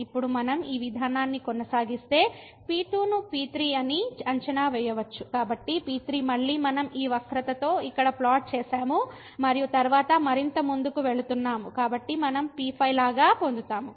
ఇప్పుడు మనం ఈ విధానాన్ని కొనసాగిస్తే P2 ను P3 ని అంచనా వేయవచ్చు కాబట్టి P3 మళ్ళీ మనం ఈ వక్రతతో ఇక్కడ ప్లాట్ చేసాము మరియు తరువాత మరింత ముందుకు వెళుతున్నాము కాబట్టి మనం P5 లాగా పొందుతాము